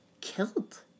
killed